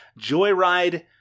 Joyride